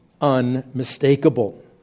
unmistakable